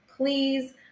please